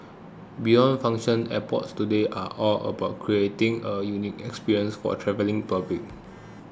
beyond function airports today are all about creating a unique experience for travelling public